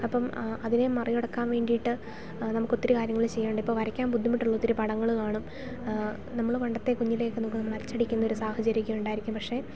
അപ്പം അതിനേ മറികടക്കാൻ വേണ്ടിയിട്ട് നമുക്കൊത്തിരി കാര്യങ്ങൾ ചെയ്യാനുണ്ട് ഇപ്പം വരയ്ക്കാൻ ബുദ്ധിമുട്ടുള്ള ഒത്തിരി പടങ്ങൾ കാണും നമ്മൾ പണ്ടത്തെ കുഞ്ഞിലേക്ക് നോക്കുമ്പോൾ നമ്മളച്ചടിക്കുന്നൊരു സാഹചര്യമൊക്കെ ഉണ്ടായിരിക്കും പക്ഷെ